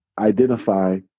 identify